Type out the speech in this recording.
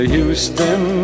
Houston